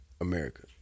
America